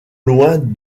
loin